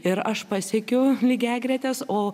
ir aš pasiekiu lygiagretes o